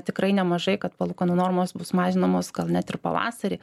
tikrai nemažai kad palūkanų normos bus mažinamos gal net ir pavasarį